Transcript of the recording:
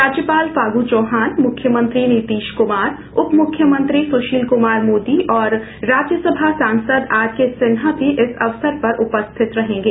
राज्यपाल फागू चौहान मुख्यमंत्री नीतीश कुमार उप मुख्यमंत्री सुशील कुमार मोदी और राज्यसभा सांसद आर के सिन्हा भी इस अवसर पर उपस्थित रहेंगे